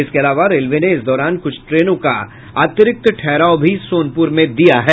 इसके अलावा रेलवे ने इस दौरान कुछ ट्रेनों का अतिरिक्त ठहराव भी सोनपुर में दिया है